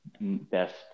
best